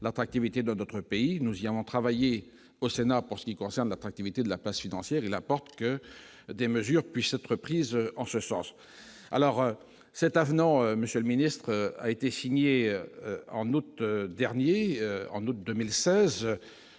l'attractivité de notre pays, nous y en travaillé au Sénat pour ce qui concerne l'attractivité de la place financière, il n'apporte que des mesures puissent être prises en ce sens, alors cet avenant, monsieur le ministre, a été signé en août dernier, en août 2016,